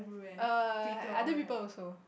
err other people also